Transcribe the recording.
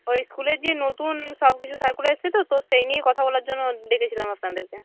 ওই স্কুলের যে নতুন সবকিছু সার্কুলার এসছে তো তো সেই নিয়ে কথা বলার জন্য ডেকেছিলাম আপনাদেরকে